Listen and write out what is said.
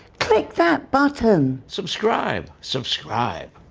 click that button. subscribe, subscribe!